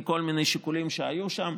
מכל מיני שיקולים שהיו שם.